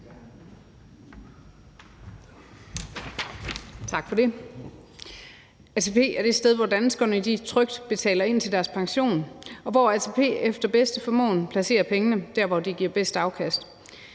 Tak for det. ATP er det sted, hvor danskerne trygt betaler ind til deres pension, og hvor ATP efter bedste formåen placerer pengene der, hvor det giver det bedste afkast.